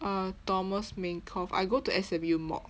uh thomas minkoff i go to S_M_U mod